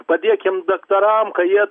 padėkim daktaram jie